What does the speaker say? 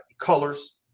colors –